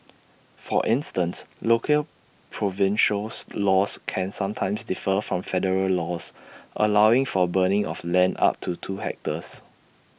for instance local provincials laws can sometimes differ from federal laws allowing for burning of land up to two hectares